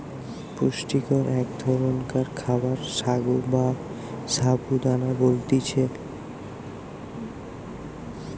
পুষ্টিকর এক ধরণকার খাবার সাগো বা সাবু দানা বলতিছে